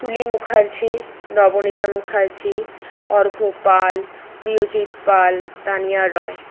তুলি মুখার্জি নবনীতা মুখার্জি অর্ঘ্য পাল প্রিয়জিত পাল তানিয়া রয়